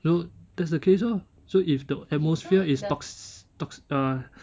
so that's the case orh so if the atmosphere is tox~ tox~ uh